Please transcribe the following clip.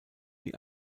die